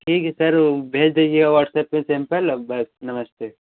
ठीक है सर वह भेज दीजिए व्हाट्सएप पर सैंपल अब बस नमस्ते